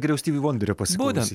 geriau stivi vonderio pasiklausysiu